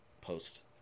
post